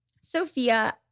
Sophia